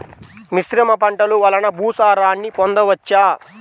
మిశ్రమ పంటలు వలన భూసారాన్ని పొందవచ్చా?